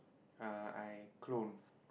uh I clone